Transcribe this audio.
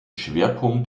schwerpunkt